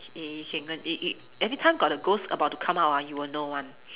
K you can go it it every time got the ghosts about to come out ah you will know [one]